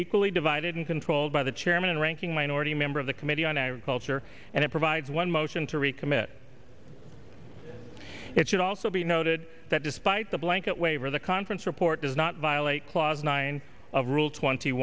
equally divided and controlled by the chairman and ranking minority member of the committee on agriculture and it provides one motion to recommit it should also be noted that despite the blanket waiver the conference report does not violate clause nine of rule twenty